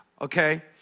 okay